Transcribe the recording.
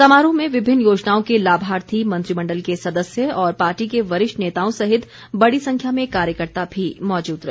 समारोह में विभिन्न योजनाओं के लाभार्थी मंत्रिमंडल के सदस्य और पार्टी के वरिष्ठ नेताओं सहित बड़ी संख्या में कार्यकर्त्ता भी मौजूद रहे